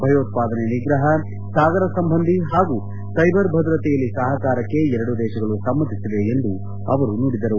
ಭಯೋತ್ವಾದನೆ ನಿಗ್ರಹ ಸಾಗರ ಸಂಬಂಧಿ ಹಾಗೂ ಸೈಬರ್ ಭದ್ರತೆಯಲ್ಲಿ ಸಹಕಾರಕ್ಕೆ ಎರಡೂ ದೇಶಗಳು ಸಮ್ಮತಿಸಿವೆ ಎಂದು ಅವರು ನುಡಿದರು